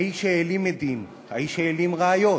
האיש העלים עדים, האיש העלים ראיות,